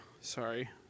Sorry